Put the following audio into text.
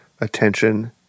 attention